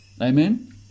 Amen